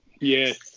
Yes